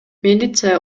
милиция